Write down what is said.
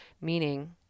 Meaning